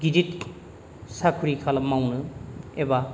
गिदिर साख्रि मावनो एबा